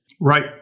Right